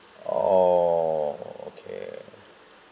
oh okay